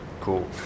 Cool